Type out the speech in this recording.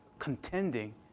contending